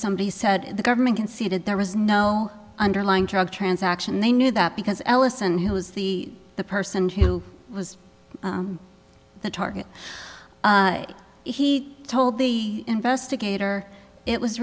somebody said the government conceded there was no underlying drug transaction they knew that because ellison who was the the person who was the target he told the investigator it was